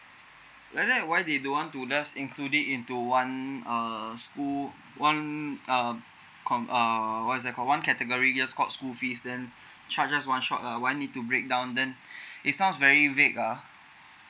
like that why they don't want to just including into one err school one um com~ err what is that called one category just called school fee then charges one shot ah why need to break down then it sounds very vague ah